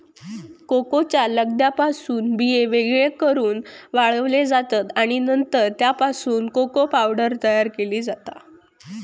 कोकोच्या लगद्यापासून बिये वेगळे करून वाळवले जातत आणि नंतर त्यापासून कोको पावडर तयार केली जाता